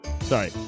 Sorry